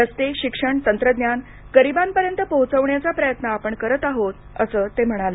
रस्ते शिक्षण तंत्रज्ञान गरीबांपर्यंत पोहोचवण्याचा प्रयत्न आपण करत आहोत असं ते म्हणाले